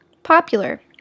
Popular